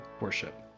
worship